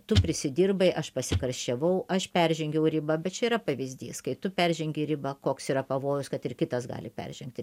tu prisidirbai aš pasikarščiavau aš peržengiau ribą bet čia yra pavyzdys kai tu peržengi ribą koks yra pavojus kad ir kitas gali peržengti